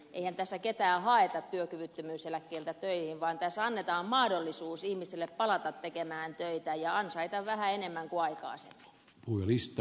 eihän tässä ketään haeta työkyvyttömyyseläkkeeltä töihin vaan tässä annetaan mahdollisuus ihmiselle palata tekemään töitä ja ansaita vähän enemmän kuin aikaisemmin